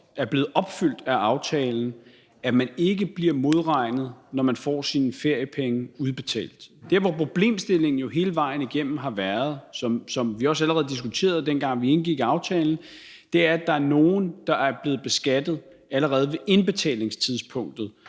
er blevet opfyldt af aftalen, at man ikke bliver modregnet, når man får sine feriepenge udbetalt. Der, hvor problemstillingen jo hele vejen igennem har været, og som vi også allerede diskuterede, dengang vi indgik aftalen, er, at der er nogle, der er blevet beskattet allerede ved indbetalingstidspunktet,